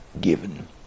given